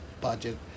budget